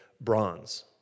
bronze